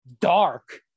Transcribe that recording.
dark